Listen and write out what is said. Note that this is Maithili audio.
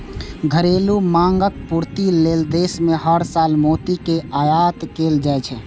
घरेलू मांगक पूर्ति लेल देश मे हर साल मोती के आयात कैल जाइ छै